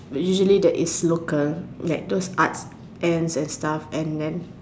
usually that is local like those art ends and stuff and then